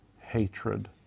hatred